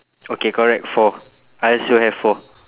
okay correct four I also have four